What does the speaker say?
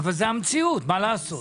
מה לעשות?